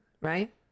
right